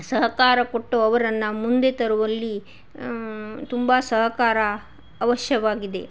ಸಹಕಾರ ಕೊಟ್ಟು ಅವರನ್ನು ಮುಂದೆ ತರುವಲ್ಲಿ ತುಂಬಾ ಸಹಕಾರ ಅವಶ್ಯವಾಗಿದೆ